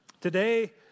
Today